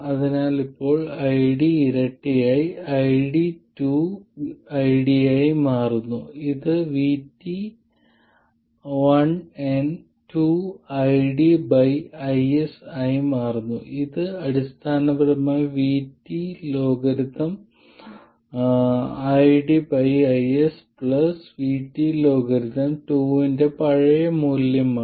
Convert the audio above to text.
അതിനാൽ ഇപ്പോൾ ID ഇരട്ടിയായി ID 2 ID യായി മാറുന്നു ഇത് Vt ln 2IdIs ആയി മാറുന്നു ഇത് അടിസ്ഥാനപരമായി Vt ln IDIs Vt ln 2 ന്റെ പഴയ മൂല്യമാണ്